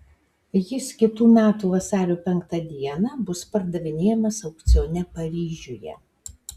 jis kitų metų vasario penktą dieną bus pardavinėjamas aukcione paryžiuje